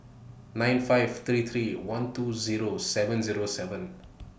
nine five three three one two Zero seven Zero seven